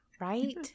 Right